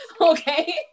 Okay